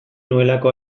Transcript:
nuelako